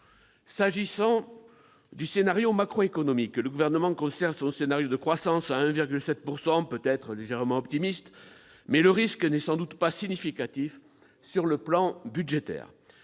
J'en viens au scénario macroéconomique. Le Gouvernement conserve sa prévision de croissance à 1,7 %, peut-être légèrement optimiste, mais le risque n'est sans doute pas significatif sur le plan budgétaire.